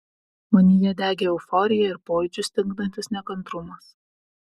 manyje degė euforija ir pojūčius stingdantis nekantrumas